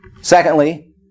Secondly